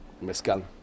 mezcal